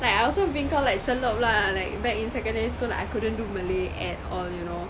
like I've also been called like celup lah like back in secondary school like I couldn't do malay at all you know